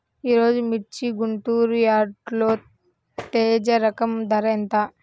ఈరోజు మిర్చి గుంటూరు యార్డులో తేజ రకం ధర ఎంత?